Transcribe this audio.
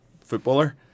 footballer